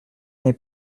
n’est